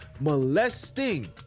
molesting